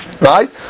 right